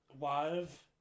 live